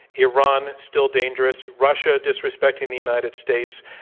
iran, still dangerous, russia, disrespecting the united states,